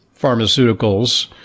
Pharmaceuticals